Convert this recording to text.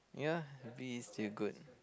ya a B is still good